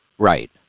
Right